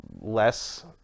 less